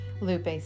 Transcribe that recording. Lupe